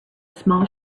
small